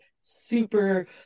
super